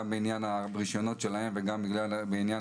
גם בעניין הרישיונות שלהם וגם בעניין